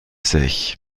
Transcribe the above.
sich